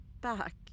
back